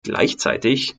gleichzeitig